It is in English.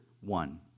one